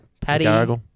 Paddy